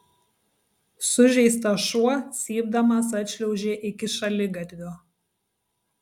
sužeistas šuo cypdamas atšliaužė iki šaligatvio